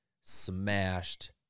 smashed